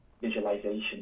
visualization